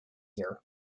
here